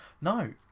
No